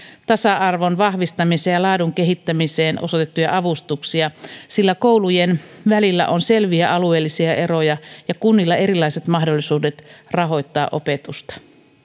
tasa arvon vahvistamiseen ja laadun kehittämiseen osoitettuja avustuksia sillä koulujen välillä on selviä alueellisia eroja ja kunnilla erilaiset mahdollisuudet rahoittaa opetusta